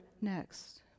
next